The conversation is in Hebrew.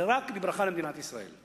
זו רק ברכה למדינת ישראל.